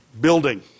building